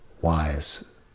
wise